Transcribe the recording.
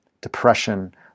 depression